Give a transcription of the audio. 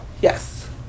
Yes